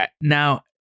now